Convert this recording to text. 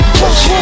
push